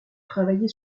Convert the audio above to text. travailler